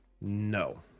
No